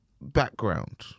background